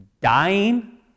dying